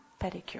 pedicure